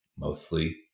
mostly